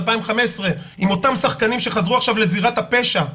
2015 עם אותם שחקנים שחזרו עכשיו לזירת הפשע,